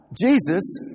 Jesus